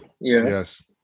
Yes